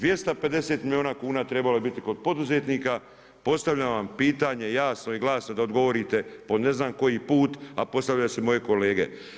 250 milijuna kuna trebalo je biti kod poduzetnika, postavljam vam pitanje, jasno i glasno da odgovorite po ne znam koji put, a postavili su i moji kolege.